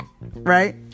right